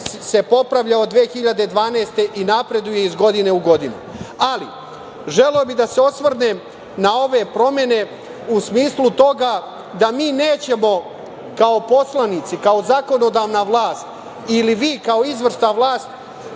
se popravlja od 2012. godine i napreduje iz godine u godinu. Ali, želeo bih da se osvrnem na ove promene u smislu toga da mi nećemo kao poslanici, kao zakonodavna vlast ili vi kao izvršna vlast,